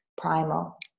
primal